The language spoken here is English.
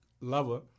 lover